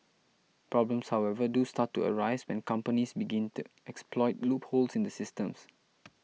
problems however do start to arise when companies begin to exploit loopholes in the system